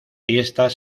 fiestas